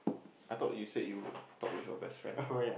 I thought you said you would talk with your best friend